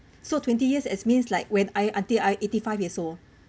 so twenty years as means like when I until I eighty five years old